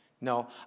No